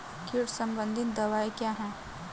कीट संबंधित दवाएँ क्या हैं?